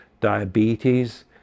diabetes